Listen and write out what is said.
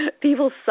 people